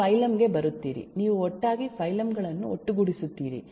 ನೀವು ಫೈಲಮ್ ಗೆ ಬರುತ್ತೀರಿ ನೀವು ಒಟ್ಟಾಗಿ ಫೈಲಮ್ ಗಳನ್ನು ಒಟ್ಟುಗೂಡಿಸುತ್ತೀರಿ